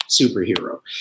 superhero